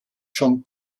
schon